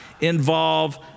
involve